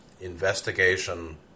investigation